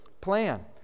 plan